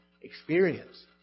experience